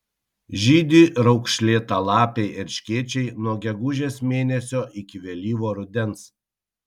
žydi raukšlėtalapiai erškėčiai nuo gegužės mėnesio iki vėlyvo rudens